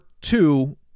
two